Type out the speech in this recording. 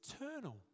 eternal